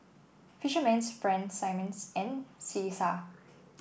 Fisherman's Friends Simmons and Cesar